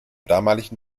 damaligen